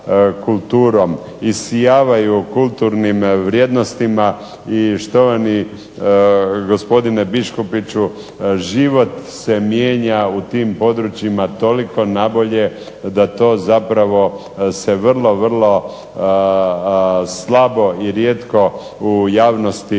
kulturom, isijavaju kulturnim vrijednostima i štovani gospodine Biškupiću život se mijenja u tim područjima toliko na bolje da to zapravo se vrlo, vrlo slabo i rijetko u javnosti